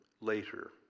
later